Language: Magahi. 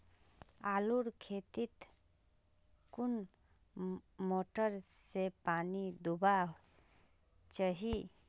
आलूर खेतीत कुन मोटर से पानी दुबा चही?